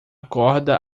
corda